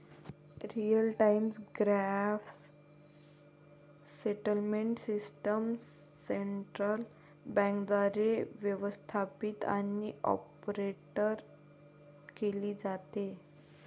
real time gross settlement system central बँकेद्वारे व्यवस्थापित आणि ऑपरेट केली जाते